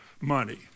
money